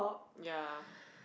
ya